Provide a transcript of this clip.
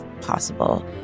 possible